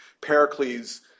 Pericles